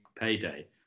payday